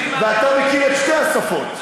ואתה מכיר את שתי השפות.